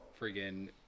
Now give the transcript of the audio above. friggin